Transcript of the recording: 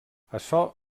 açò